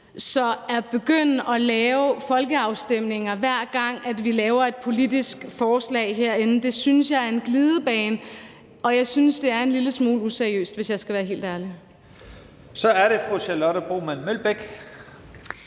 Så at begynde at lave folkeafstemninger, hver gang vi laver et politisk forslag herinde, synes jeg er en glidebane, og jeg synes, det er en lille smule useriøst, hvis jeg skal være helt ærlig. Kl. 11:35 Første næstformand (Leif